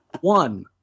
One